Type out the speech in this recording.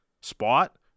spot